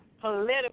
political